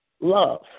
love